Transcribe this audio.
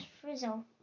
Frizzle